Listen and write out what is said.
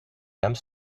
lames